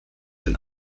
den